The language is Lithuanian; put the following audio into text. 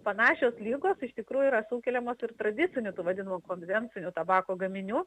panašios ligos iš tikrųjų yra sukeliamos ir tradiciniu tų vadinamu konvenciniu tabako gaminių